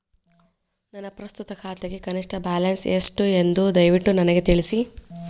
ನನ್ನ ಪ್ರಸ್ತುತ ಖಾತೆಗೆ ಕನಿಷ್ಟ ಬ್ಯಾಲೆನ್ಸ್ ಎಷ್ಟು ಎಂದು ದಯವಿಟ್ಟು ನನಗೆ ತಿಳಿಸಿ